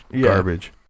garbage